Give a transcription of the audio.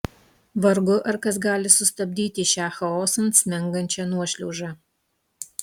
vargu ar kas gali sustabdyti šią chaosan smengančią nuošliaužą